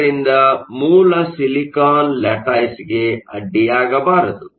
ಇದರಿಂದ ಮೂಲ ಸಿಲಿಕಾನ್ ಲ್ಯಾಟಿಸ್ಗೆ ಅಡ್ಡಿಯಾಗಬಾರದು